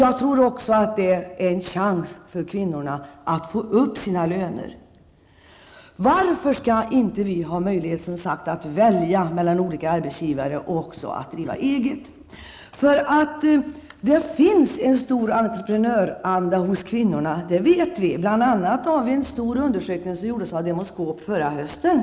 Jag tror också att detta är en chans för kvinnorna att höja sina löner. Varför skall, som sagt, inte vi ha möjlighet att välja mellan olika arbetsgivare och även att driva eget? Det finns nämligen en stor entreprenöranda. Det vet vi, bl.a. genom en stor undersökning som gjordes av Demoskop förra hösten.